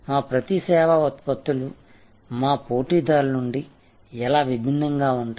మా ప్రతి సేవా ఉత్పత్తులు మా పోటీదారుల నుండి ఎలా భిన్నంగా ఉంటాయి